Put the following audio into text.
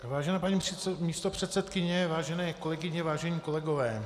Vážená paní místopředsedkyně, vážené kolegyně, vážení kolegové.